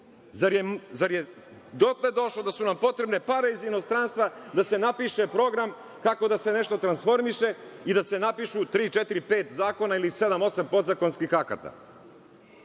Zar je dotle došlo, da su nam potrebne pare iz inostranstva da se napiše program kako da se nešto transformiše i da se napiše tri, četiri, pet zakona ili sedam, osam podzakonskih akata.